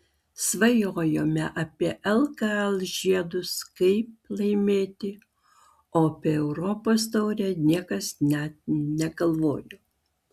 svajojome apie lkl žiedus kaip laimėti o apie europos taurę niekas net negalvojo